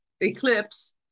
Eclipse